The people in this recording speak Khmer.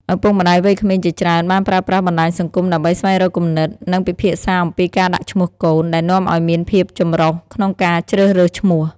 ឪពុកម្តាយវ័យក្មេងជាច្រើនបានប្រើប្រាស់បណ្តាញសង្គមដើម្បីស្វែងរកគំនិត និងពិភាក្សាអំពីការដាក់ឈ្មោះកូន ដែលនាំឱ្យមានភាពចម្រុះក្នុងការជ្រើសរើសឈ្មោះ។